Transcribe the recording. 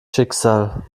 schicksal